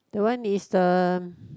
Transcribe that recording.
the one is the um